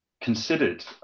considered